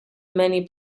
many